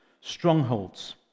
strongholds